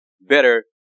better